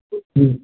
चुप नहि